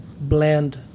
blend